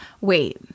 Wait